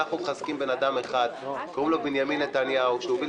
אנחנו מחזקים אדם אחד שקוראים לו בנימין נתניהו שהוביל